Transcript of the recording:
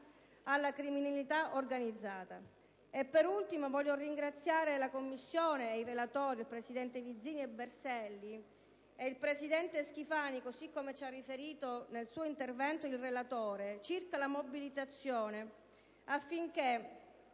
alla criminalità organizzata. Per ultimo, voglio ringraziare le Commissioni, i relatori, i presidenti Vizzini e Berselli, e il presidente Schifani a motivo, come ci ha riferito nel suo intervento il relatore, della loro mobilitazione affinché